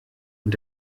und